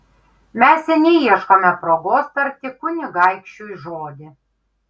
mes seniai ieškome progos tarti kunigaikščiui žodį